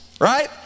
Right